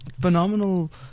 phenomenal